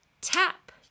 tap